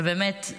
ובאמת,